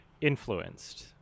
influenced